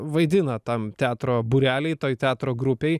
vaidina tam teatro būreliai toj teatro grupej